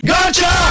Gotcha